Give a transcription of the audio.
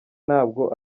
ntabwo